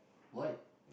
why